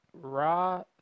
Raw